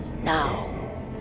now